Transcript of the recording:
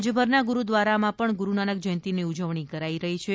રાજ્યભરના ગુરૂદ્વારામાં પણ ગુરૂનાનક જયંતિની ઉજવણી કરાઇ છે